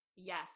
Yes